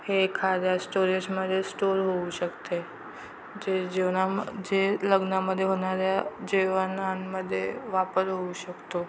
हे एखाद्या स्टोरेजमध्ये स्टोअर होऊ शकते जे जीवनाम जे लग्नामध्ये होणाऱ्या जेवणांमध्ये वापर होऊ शकतो